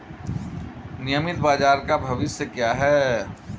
नियमित बाजार का भविष्य क्या है?